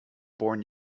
born